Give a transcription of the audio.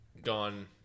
gone